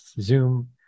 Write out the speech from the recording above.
Zoom